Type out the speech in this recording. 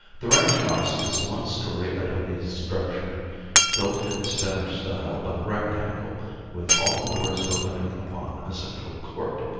the ranch house is a one-story adobe structure built in the spanish style of a rectangle with all the doors opening upon a central court.